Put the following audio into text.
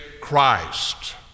Christ